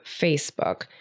Facebook